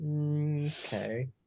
Okay